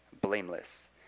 blameless